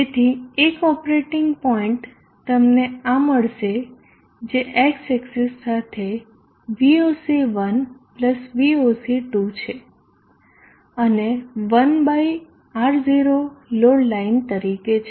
તેથી એક operating point તમને આ મળશે જે X એક્સીસ સાથે VOC1VOC2 છે અને 1 બાય R0 લોડ લાઇન તરીકે છે